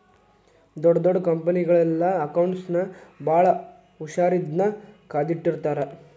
ಡೊಡ್ ದೊಡ್ ಕಂಪನಿಯೊಳಗೆಲ್ಲಾ ಅಕೌಂಟ್ಸ್ ನ ಭಾಳ್ ಹುಶಾರಿನ್ದಾ ಕಾದಿಟ್ಟಿರ್ತಾರ